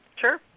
Sure